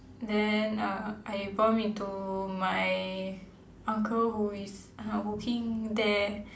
then uh I bump into my uncle who is uh working there